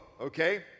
okay